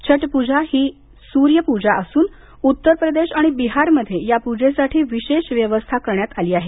छठ पूजा ही सूर्य पूजा असून उत्तर प्रदेशम आणि बिहारमध्ये या पूजेसाठी विशेष व्यवस्था करण्यात आल्या आहेत